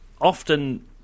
often